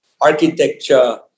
architecture